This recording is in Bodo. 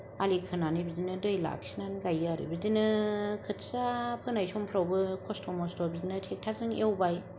आलि खोनानै बिदिनो दै लाखिनानै गायो आरो बिदिनो खोथिया फोनाय समफ्रावबो खस्थ' मस्थ' बिदिनो ट्रेक्टर जों एवबाय